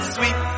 Sweet